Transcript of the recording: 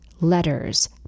letters